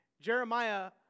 Jeremiah